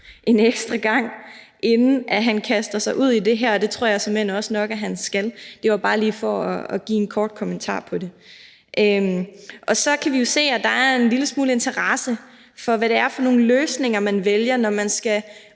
en ekstra gang, inden han kaster sig ud i det her, og det tror jeg såmænd også nok at han skal. Det var bare lige for at give en kort kommentar på det. Så kan vi jo se, at der er en lille smule interesse for, hvad det er for nogle løsninger, man vælger, når man skal